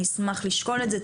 אני אשמח לשקול את זה,